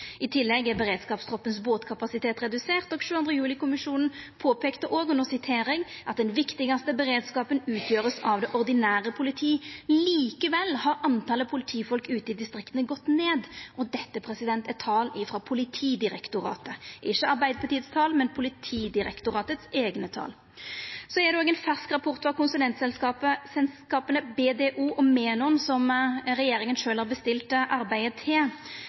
redusert. 22. juli-kommisjonen påpeikte òg: «Den viktigste beredskapen utgjøres av det ordinære politi.» Likevel har talet på politifolk ute i distrikta gått ned. Dette er tal frå Politidirektoratet – det er ikkje Arbeidarpartiets tal, men Politidirektoratets eigne tal. Det er òg ein fersk rapport frå konsulentselskapa BDO og Menon, som regjeringa sjølv har bestilt eit arbeid frå. Statsministeren er oppteken av at ein satsar meir på politi – og er kritisk til